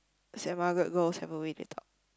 saint-Margaret's girls have a way they talk